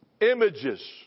images